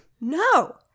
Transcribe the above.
no